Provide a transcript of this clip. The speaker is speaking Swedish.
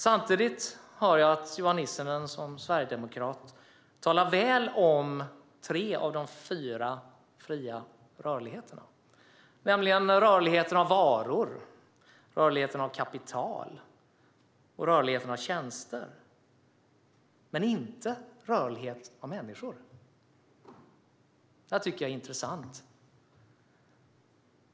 Samtidigt hör jag att Johan Nissinen som sverigedemokrat talar väl om tre av de fyra friheterna vad gäller rörlighet - rörligheten för varor, rörligheten för kapital och rörligheten för tjänster - men inte om rörligheten för människor. Det tycker jag är intressant.